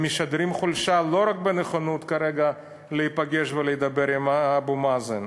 הם משדרים חולשה לא רק בנכונות כרגע להיפגש ולהידבר עם אבו מאזן,